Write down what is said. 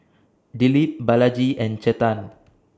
Dilip Balaji and Chetan